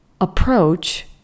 approach